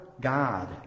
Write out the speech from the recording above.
God